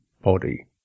body